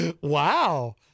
Wow